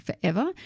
forever